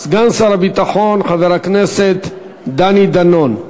סגן שר הביטחון, חבר הכנסת דני דנון.